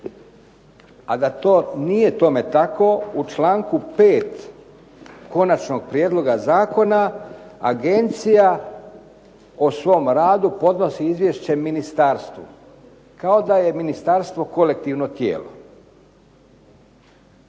A da to nije tome tako, u čl. 5. konačnog prijedloga zakona agencija o svom radu podnosi izvješće ministarstvu. Kao da je ministarstvo kolektivno tijelo.